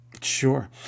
Sure